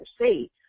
see